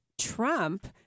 Trump